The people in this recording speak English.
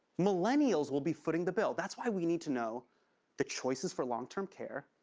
millennials will be footing the bill. that's why we need to know the choices for long-term care,